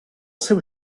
seu